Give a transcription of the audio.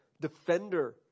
defender